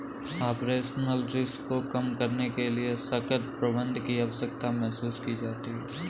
operational risk को कम करने के लिए सशक्त प्रबंधन की आवश्यकता महसूस की जाती है